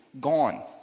Gone